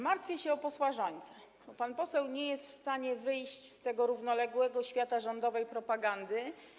Martwię się o posła Rzońcę, bo pan poseł nie jest w stanie wyjść z tego równoległego świata rządowej propagandy.